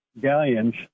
galleons